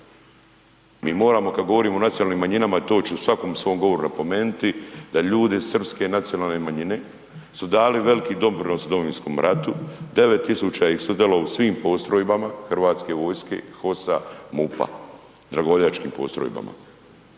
Mi moramo kad govorimo o nacionalnim manjinama, to ću u svakom svom govoru napomenuti, da ljudi srpske nacionalne manjine su dali veliki doprinos Domovinskom ratu, 9000 ih je sudjelovalo u svim postrojbama HV-a, HOS-a, MUP-a, dragovoljačkim postrojbama